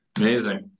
Amazing